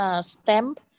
stamp